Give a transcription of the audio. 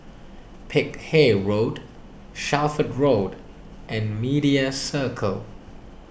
Peck Hay Road Shelford Road and Media Circle